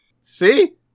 See